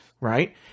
right